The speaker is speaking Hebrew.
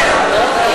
כבר צפו בסרטון הזה.